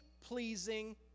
pleasing